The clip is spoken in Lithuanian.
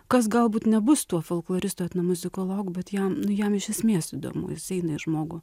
kas galbūt nebus tuo folkloristu etnomuzikologu bet jam nu jam iš esmės įdomu jis eina į žmogų